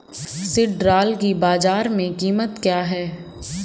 सिल्ड्राल की बाजार में कीमत क्या है?